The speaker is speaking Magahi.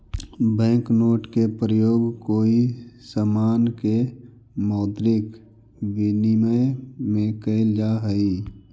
बैंक नोट के प्रयोग कोई समान के मौद्रिक विनिमय में कैल जा हई